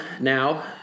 now